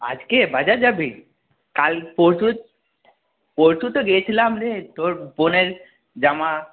আজকে বাজার যাবি কাল পরশু পরশু তো গিয়েলাম রে তোর বোনের জামা